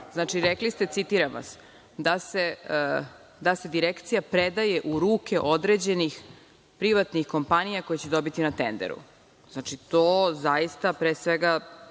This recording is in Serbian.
Znači, rekli ste, citiram vas, da se Direkcija predaje u ruke određenih privatnih kompanija koje će dobiti na tenderu. Znači, to zaista pre svega,